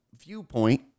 viewpoint